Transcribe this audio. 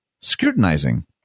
scrutinizing